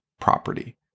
property